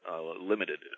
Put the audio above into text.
limited